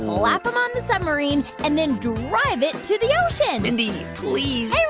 slap them on the submarine and then drive it to the ocean mindy, please hey,